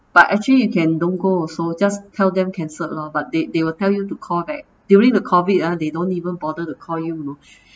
but actually you can don't go also just tell them cancelled lor but they they will tell you to call back during the COVID ah they don't even bother to call you you know